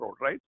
right